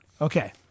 Okay